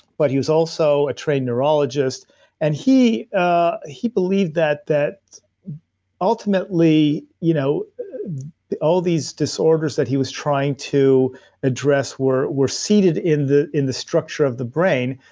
but he was also a trained neurologist and he ah he believed that that ultimately you know all these disorders that he was trying to address were were seated in the in the structure of the brain,